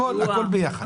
הכל ביחד.